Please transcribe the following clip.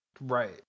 right